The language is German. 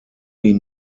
die